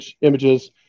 images